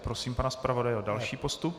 Prosím pana zpravodaje o další postup.